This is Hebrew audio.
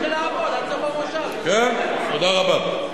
תתחיל לעבוד ועד סוף המושב, תודה רבה,